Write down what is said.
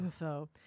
UFO